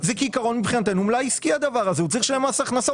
כעיקרון מבחינתנו זה מלאי עסקי והוא צריך לשלם מס הכנסה.